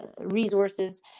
resources